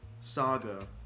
saga